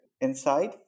inside